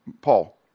Paul